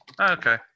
okay